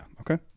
Okay